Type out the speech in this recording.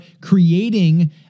creating